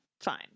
fine